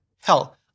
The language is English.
hell